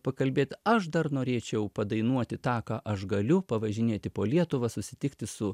pakalbėt aš dar norėčiau padainuoti ta ką aš galiu pavažinėti po lietuvą susitikti su